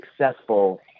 successful